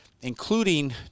including